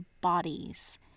bodies